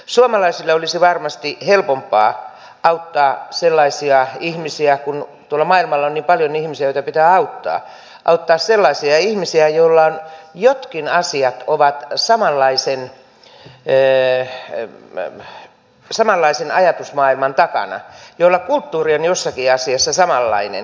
suomalaisten olisi varmasti helpompi auttaa sellaisia ihmisiä kun tuolla maailmalla on niin paljon ihmisiä joita pitää auttaa joilla jotkin asiat ovat samanlaisen ajatusmaailman takana joilla kulttuuri on jossakin asiassa samanlainen